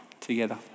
together